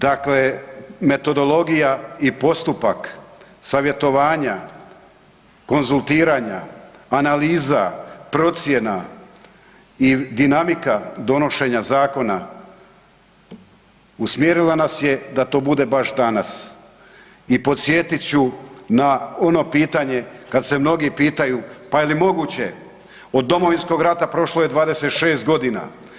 Dakle metodologija i postupak savjetovanja, konzultiranja, analiza, procjena i dinamika donošenja zakona usmjerila nas je da to bude baš danas i podsjetit ću na ono pitanje kad se mnogi pitaju, pa je li moguće, od Domovinskog rata prošlo je 26 godina.